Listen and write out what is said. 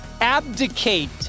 abdicate